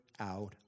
out